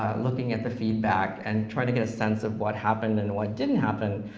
looking at the feedback and trying to get a sense of what happened and what didn't happen.